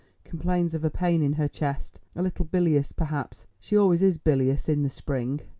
complains of a pain in her chest, a little bilious perhaps she always is bilious in the spring.